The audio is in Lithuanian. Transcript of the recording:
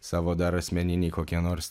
savo dar asmeniniai kokie nors